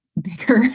bigger